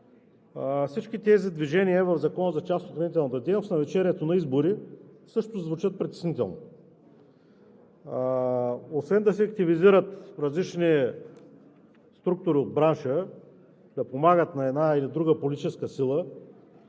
всички тези движения в Закона за частната охранителна дейност в навечерието на избори също звучат притеснително. Освен да се активизират различни структури от бранша да помагат на една или друга политическа сила,